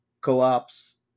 co-ops